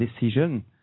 decision